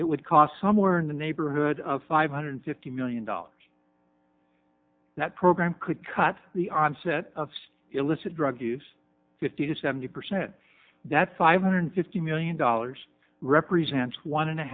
it would cost somewhere in the neighborhood of five hundred fifty million dollars that program could cut the onset of illicit drug use fifty to seventy percent that five hundred fifty million dollars represents one and a